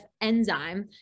enzyme